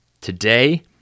today